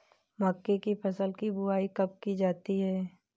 मक्के की फसल की बुआई कब की जाती है?